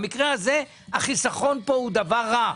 במקרה הזה, החיסכון פה הוא דבר רע.